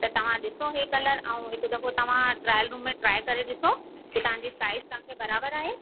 त तव्हां ॾिसो हे कलर ऐं हिकु दफ़ो तव्हां ट्रायल रूम में ट्राय करे ॾिसो के तव्हांजी साइज तव्हांखे बराबर आहे